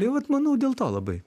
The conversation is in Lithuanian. tai vat manau dėl to labai